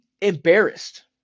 embarrassed